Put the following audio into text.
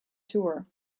tour